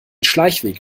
schleichweg